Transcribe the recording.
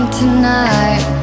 tonight